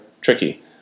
tricky